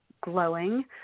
glowing